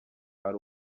ari